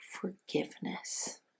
forgiveness